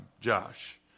Josh